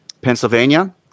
Pennsylvania